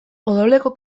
odoleko